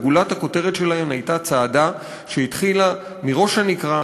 וגולת הכותרת שלהן הייתה צעדה שהתחילה מראש-הנקרה,